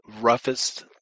roughest